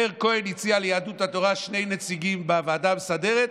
מאיר כהן הציע ליהדות התורה שני נציגים בוועדה המסדרת,